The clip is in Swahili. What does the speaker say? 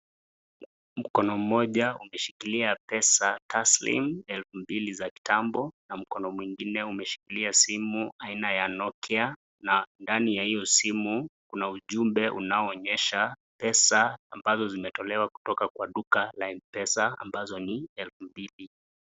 Mkono mmoja umeshikilia pesa taslim elfu mbili za kitambo na mkono mwingine umeshikilia simu aina ya Nokia na ndani ya hiyo simu kuna ujumbe unaonyesha pesa ambazo zimetolewa kutoka kwa duka la M-PESA ambazo ni elfu mbili.